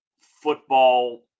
football